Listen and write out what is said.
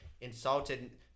insulted